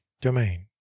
domain